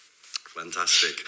Fantastic